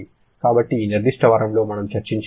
కాబట్టి ఈ నిర్దిష్ట వారంలో మనం చర్చించింది ఇదే